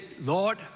Lord